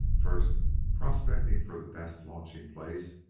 first prospecting for the best launching-place,